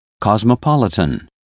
cosmopolitan